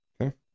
Okay